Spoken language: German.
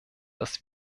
dass